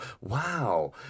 Wow